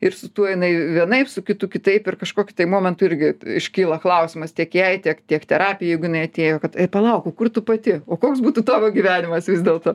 ir su tuo jinai vienaip su kitu kitaip ir kažkokiu momentu irgi iškyla klausimas tiek jai tiek tiek terapijoj jeigu jinai atėjo kad palauk o kur tu pati o koks būtų tavo gyvenimas vis dėlto